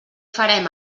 farem